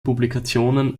publikationen